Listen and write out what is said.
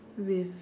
with